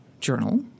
journal